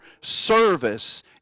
service